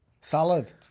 Salad